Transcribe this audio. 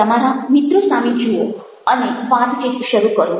તમારા મિત્ર સામે જુઓ અને વાતચીત શરૂ કરો